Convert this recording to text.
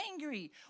angry